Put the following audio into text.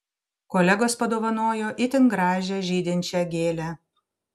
kolegos padovanojo itin gražią žydinčią gėlę